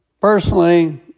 Personally